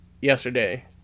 yesterday